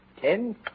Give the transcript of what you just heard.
ten